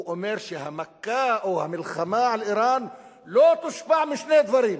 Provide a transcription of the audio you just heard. הוא אומר שהמכה או המלחמה על אירן לא תושפע משני דברים.